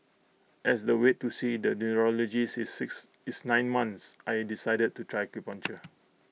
as the wait to see the neurologist is six is nine months I decided to try acupuncture